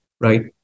right